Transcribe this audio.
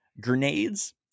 grenades